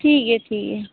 ᱴᱷᱤᱠ ᱜᱮᱭᱟ ᱴᱷᱤᱠ ᱜᱮᱭᱟ